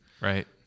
right